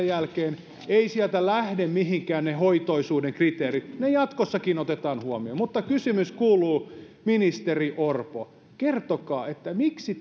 jälkeen sieltä lähde mihinkään ne hoitoisuuden kriteerit ne jatkossakin otetaan huomioon mutta kysymys kuuluu ministeri orpo kertokaa miksi